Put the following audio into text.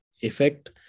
effect